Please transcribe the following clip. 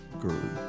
good